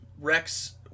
rex